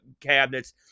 cabinets